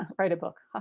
write a book. ah